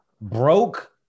broke